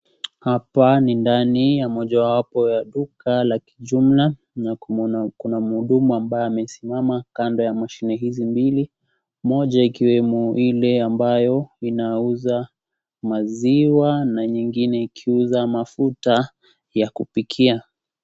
Hapa ni ndani ya moja wapo ya duka la kijumla na kumna ...kuna muhudumu ambaye amisimama kando ya mashine hizi mbili. Moja ikiwiwemo Ile ambayo inauza maziwa na nyingine ikiuza mafuta ya kupikia.